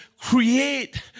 create